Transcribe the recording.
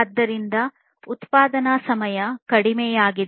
ಆದ್ದರಿಂದ ಉತ್ಪಾದನಾ ಸಮಯ ಕಡಿಮೆಯಾಗಿದೆ